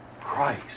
Christ